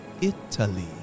Italy